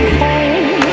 home